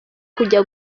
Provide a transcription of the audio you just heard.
kujya